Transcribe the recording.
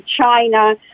China